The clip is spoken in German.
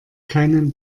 keinen